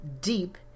Deep